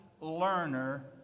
learner